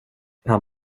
han